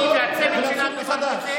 אדוני היושב-ראש,